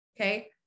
Okay